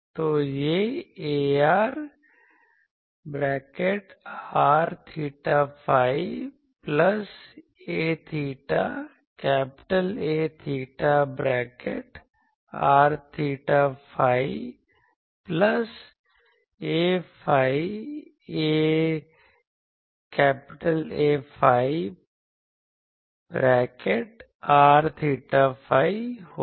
तो यह ar Arr 𝚹ϕ plus a𝚹 A𝚹r𝚹ϕ plus aϕ Aϕ r𝚹ϕ होगा